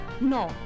No